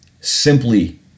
Simply